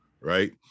Right